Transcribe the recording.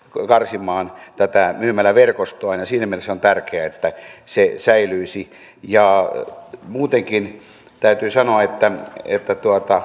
karsimaan tätä myymäläverkostoaan ja siinä mielessä on tärkeää että se säilyisi muutenkin täytyy sanoa että että